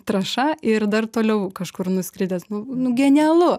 trąša ir dar toliau kažkur nuskridęs nu nu genialu